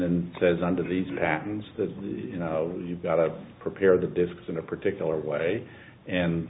and says under these patents that you know you've got to prepare the disks in a particular way